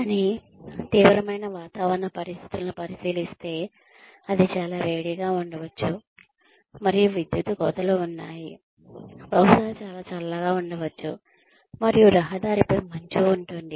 కానీ తీవ్రమైన వాతావరణ పరిస్థితులను పరిశీలిస్తే అది చాలా వేడిగా ఉండవచ్చు మరియు విద్యుత్ కోతలు ఉన్నాయి బహుశా చాలా చల్లగా ఉండవచ్చు మరియు రహదారిపై మంచు ఉంటుంది